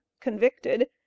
convicted